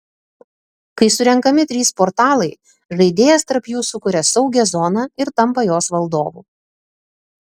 kai surenkami trys portalai žaidėjas tarp jų sukuria saugią zoną ir tampa jos valdovu